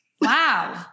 Wow